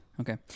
Okay